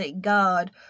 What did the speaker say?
God